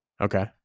Okay